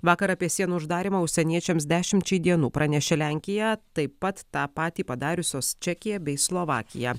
vakar apie sienų uždarymą užsieniečiams dešimčiai dienų pranešė lenkija taip pat tą patį padariusios čekija bei slovakija